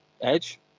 edge